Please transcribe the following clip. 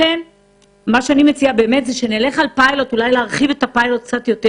אני מציעה שנלך על פיילוט ונרחיב אותו.